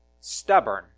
stubborn